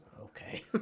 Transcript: Okay